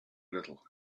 little